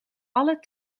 alle